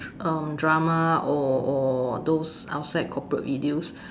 um drama or or those outside corporate videos